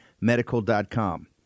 medical.com